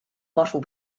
bottle